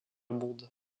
monde